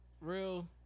Real